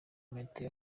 martin